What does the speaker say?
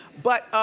but,